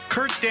Kurt